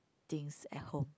things at home